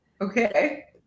Okay